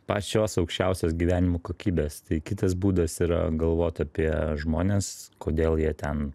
pačios aukščiausios gyvenimo kokybės tai kitas būdas yra galvot apie žmones kodėl jie ten